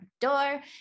door